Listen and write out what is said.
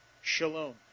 Shalom